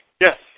Yes